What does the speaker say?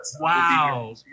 Wow